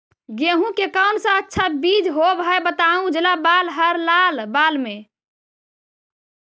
गेहूं के कौन सा अच्छा बीज होव है बताहू, उजला बाल हरलाल बाल में?